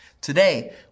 Today